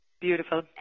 Beautiful